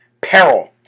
Peril